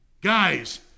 Guys